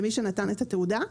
מי שנתן את התעודה,